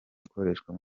gukoreshwa